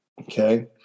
Okay